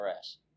RS